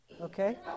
Okay